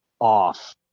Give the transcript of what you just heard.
off